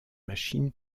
machines